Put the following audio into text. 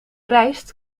reist